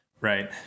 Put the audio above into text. Right